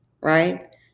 Right